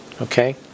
Okay